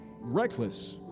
reckless